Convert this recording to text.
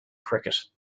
cricket